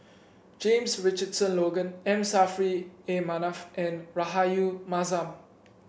James Richardson Logan M Saffri A Manaf and Rahayu Mahzam